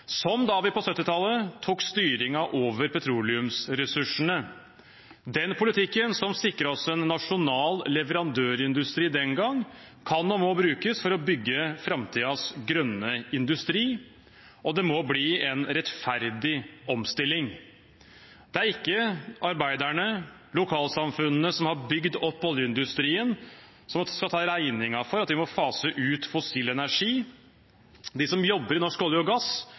som da vi på 1970-tallet tok styringen over petroleumsressursene. Den politikken som sikret oss en nasjonal leverandørindustri den gang, kan og må brukes for å bygge framtidens grønne industri, og det må bli en rettferdig omstilling. Det er ikke arbeiderne og lokalsamfunnene som har bygd opp oljeindustrien, som skal ta regningen for at vi må fase ut fossil energi. De som jobber i norsk olje og gass,